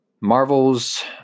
Marvel's